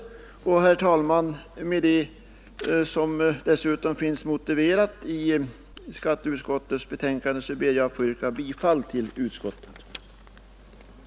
Herr talman! Med dessa ord och med den motivering som därutöver finns i skatteutskottets betänkande ber jag att få yrka bifall till utskottets hemställan.